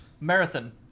Marathon